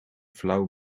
flauw